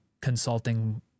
consulting